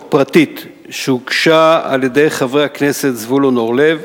פרטית שהוגשה על-ידי חברי הכנסת זבולון אורלב,